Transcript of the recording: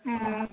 हँ